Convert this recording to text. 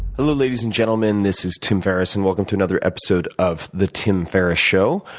hello ladies and gentlemen, this is tim ferriss, and welcome to another episode of the tim ferriss show,